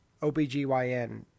OBGYN